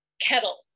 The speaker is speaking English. Kettle